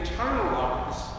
internalize